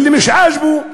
בשפה הערבית).